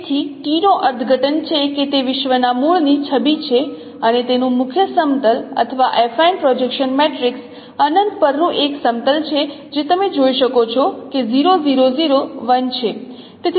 તેથી t નો અર્થઘટન છે કે તે વિશ્વના મૂળની છબી છે અને તેનું મુખ્ય સમતલ અથવા એફાઇન પ્રોજેક્શન મેટ્રિક્સ અનંત પરનું એક સમતલ છે જે તમે જોઈ શકો છો કે 0 0 0 1 છે